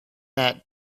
that